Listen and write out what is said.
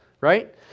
Right